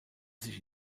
sich